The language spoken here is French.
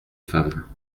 femmes